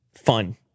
fun